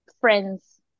friends